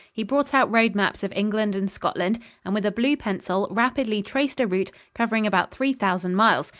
he brought out road-maps of england and scotland and with a blue pencil rapidly traced a route covering about three thousand miles,